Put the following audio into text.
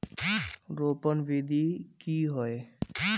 रोपण विधि की होय?